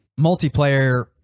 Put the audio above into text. multiplayer